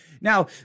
Now